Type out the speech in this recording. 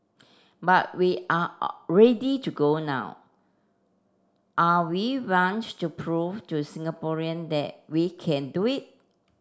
but we are ready to go now are we want to prove to Singaporean that we can do it